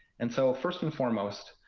and so first and foremost,